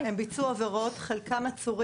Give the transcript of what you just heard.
זו